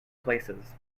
places